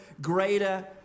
greater